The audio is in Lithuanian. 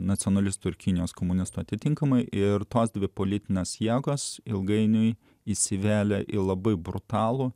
nacionalistų ir kinijos komunistų atitinkamai ir tos dvi politinės jėgos ilgainiui įsivėlė į labai brutalų